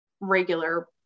regular